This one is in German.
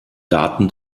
daten